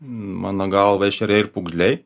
mano galva ešeriai ir pūgžliai